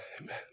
Amen